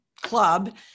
Club